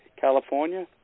California